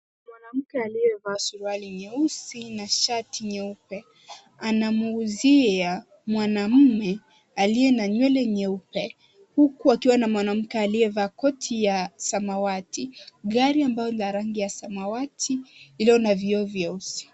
Mwanamke aliyevaa suruali nyeusi na shati nyeupe, anamuuzia mwanaume aliye na nywele nyeupe, huku akiwa na mwanamke aliyevaa koti ya samawati. Gari ambayo ni ya rangi ya samawati ilio na vioo vyeusi.